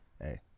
Hey